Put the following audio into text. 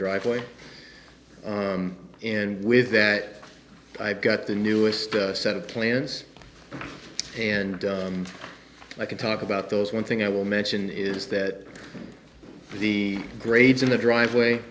driveway and with that i've got the newest set of plans and i can talk about those one thing i will mention is that the grades in the driveway